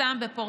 מי שלא חבר